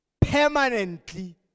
permanently